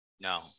No